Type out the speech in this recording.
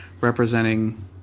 representing